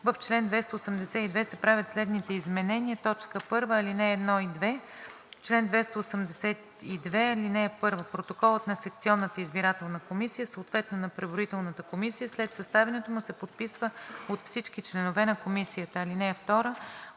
В чл. 282 се правят следните изменения: 1. Алинеи 1 и 2: „Чл. 282. (1) Протоколът на секционната избирателна комисия, съответно на преброителната комисия, след съставянето му се подписва от всички членове на комисията. (2)